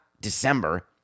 December